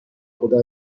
خودش